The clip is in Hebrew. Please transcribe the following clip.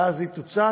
ואז היא תוצג.